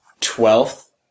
twelfth